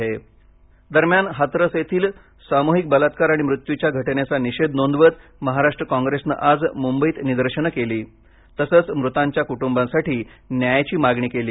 महाराष्ट्र हाथरस दरम्यान हाथरस येथील सामूहिक बलात्कार आणि मृत्युच्या घटनेचा निषेध नोंदवत महाराष्ट्र कॉंप्रेसने आज मुंबईत निदर्शने केली तसंच मृतांच्या कुटुंबासाठी न्यायाची मागणी केली